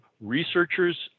researchers